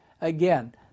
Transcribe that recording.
again